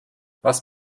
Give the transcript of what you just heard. was